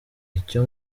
icyo